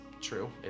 True